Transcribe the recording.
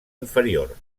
inferior